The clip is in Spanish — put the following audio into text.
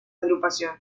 agrupación